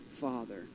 father